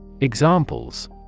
Examples